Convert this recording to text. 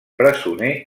presoner